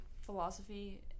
philosophy